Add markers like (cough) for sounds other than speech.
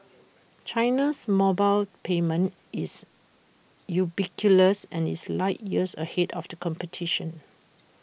China's mobile payment is (unintelligible) and is light years ahead of the competition